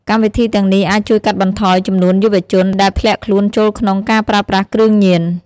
កម្មវិធីទាំងនេះអាចជួយកាត់បន្ថយចំនួនយុវជន ដែលធ្លាក់ខ្លួនចូលក្នុងការប្រើប្រាស់គ្រឿងញៀន។